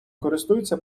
користується